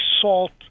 SALT